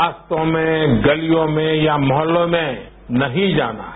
रास्तों में गलियों में या मोहल्लों में नहीं जाना हैं